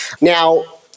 Now